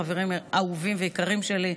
חברים אהובים ויקרים שלי.